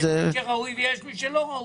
יש מי שראוי ויש מי שלא ראוי.